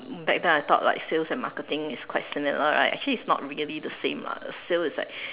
back time I thought like sales and marketing is quite similar right actually it's not really the same lah sale is like